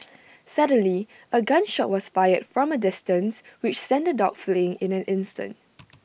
suddenly A gun shot was fired from A distance which sent the dogs fleeing in an instant